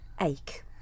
ache